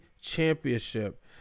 Championship